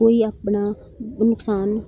ਕੋਈ ਆਪਣਾ ਨੁਕਸਾਨ